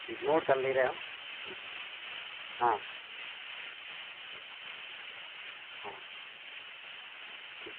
ठीक नोट कर ले रहे हम ठीक हाँ ठीक हाँ ठीक